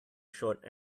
short